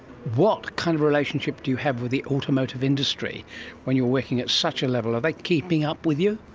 what kind of relationship do you have with the automotive industry when you're working at such a level? are they keeping up with you?